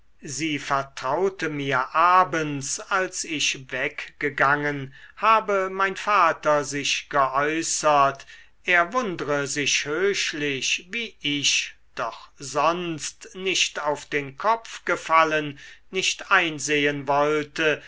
sie vertraute mir abends als ich weggegangen habe mein vater sich geäußert er wundre sich höchlich wie ich doch sonst nicht auf den kopf gefallen nicht einsehen wollte